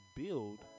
build